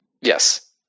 Yes